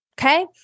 okay